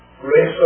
grace